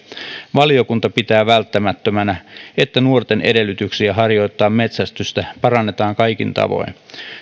valiokunta pitää välttämättömänä että nuorten edellytyksiä harjoittaa metsästystä parannetaan kaikin tavoin